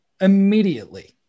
immediately